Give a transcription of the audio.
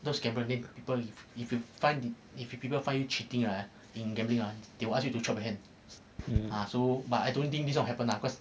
those gambling people if if you find if people find you cheating right in gambling ah they will ask you to chop your hand ah but I don't think this [one] will happen lah cause